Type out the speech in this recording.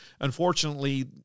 Unfortunately